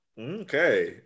Okay